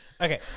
Okay